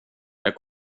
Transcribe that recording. jag